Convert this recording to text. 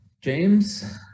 James